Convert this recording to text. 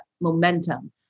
momentum